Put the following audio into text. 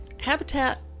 Habitat